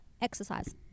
Exercise